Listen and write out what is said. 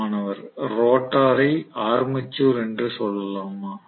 மாணவர் ரோட்டரை ஆர்மேச்சர் என்று சொல்லலாமா